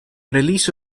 release